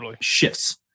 shifts